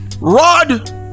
Rod